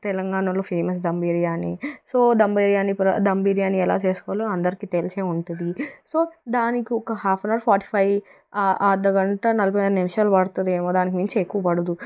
తెలంగాణలో famous dum biryani so dum biryani కూడా ధమ్ బిర్యానీ ఎలా చేసుకోవాలో అందరికీ తెలిసే ఉంటుంది సో దానికొక half an hour forty five అర్ధ గంట నలభై ఐదు నిమిషాలు పడుతుందేమో దానికి మించి ఎక్కువ పడదు